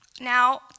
now